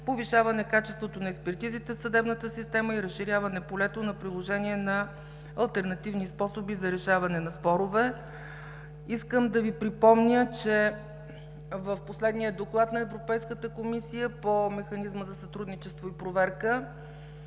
повишаване качеството на експертизите в съдебната система и разширяване полето на приложение на алтернативни способи за решаване на спорове. Искам да Ви припомня, че в последния доклад на Европейската комисия по механизма за сътрудничество и проверка